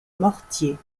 mortier